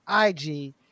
IG